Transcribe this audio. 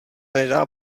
nedá